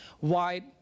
wide